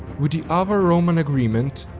with the avar-roman agreement,